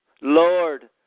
Lord